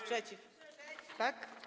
Sprzeciw, tak?